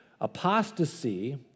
Apostasy